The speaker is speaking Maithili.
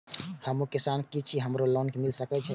हमू किसान छी हमरो के लोन मिल सके छे?